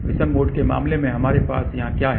विषम मोड के मामले में हमारे पास यहां क्या है